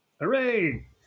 Hooray